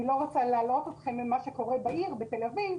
לא רוצה להלאות אתכם במה שקורה בתל אביב